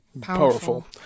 powerful